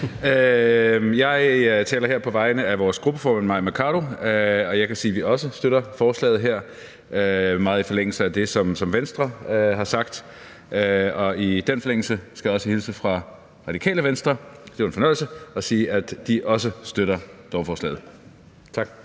Jeg taler her på vegne af vores gruppeformand, Mai Mercado, og jeg kan sige, at vi også støtter forslaget her, meget i forlængelse af det, som Venstre har sagt. Og i den forlængelse skal jeg også hilse fra Radikale Venstre – det er jo en fornøjelse – og sige, at de også støtter lovforslaget. Tak.